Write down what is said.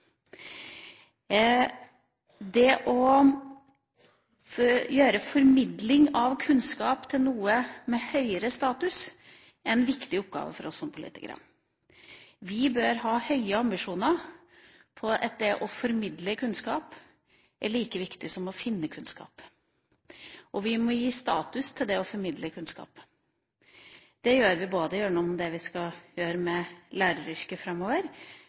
Det å gjøre formidling av kunnskap til noe med høyere status er en viktig oppgave for oss som politikere. Vi bør ha høye ambisjoner om at det å formidle kunnskap er like viktig som å finne kunnskap, og vi må gi status til det å formidle kunnskap. Det gjør vi gjennom det vi skal gjøre med læreryrket framover,